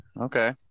okay